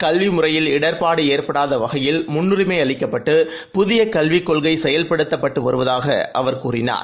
கல்வி முறையில் இடர்பாடு ஏற்படாத வகையில் முன்னுரிமை அளிக்கப்பட்டு புதிய கல்விக் கொள்கை செயல்படுத்தப்பட்டு வருவதாக அவர் கூறினார்